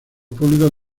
públicos